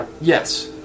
Yes